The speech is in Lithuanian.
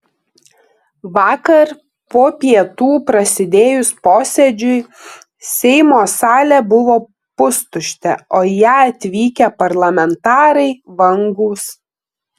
vakar po pietų prasidėjus posėdžiui seimo salė buvo pustuštė o į ją atvykę parlamentarai vangūs